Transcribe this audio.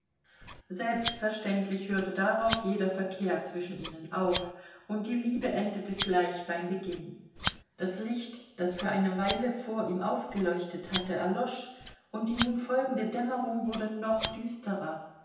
selbstverständlich hörte darauf jeder verkehr zwischen ihnen auf und die liebe endete gleich bei beginn das licht das für eine weile vor ihm aufgeleuchtet hatte erlosch und die nun folgende dämmerung wurde noch düsterer